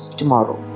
tomorrow